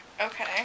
Okay